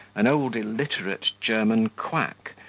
an old illiterate german quack,